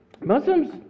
Muslims